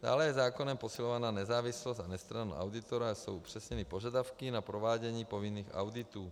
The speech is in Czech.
Dále je zákonem posilována nezávislost a nestrannost auditora, jsou upřesněny požadavky na provádění povinných auditů.